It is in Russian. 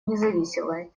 независимой